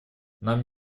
нам